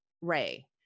Ray